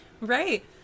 Right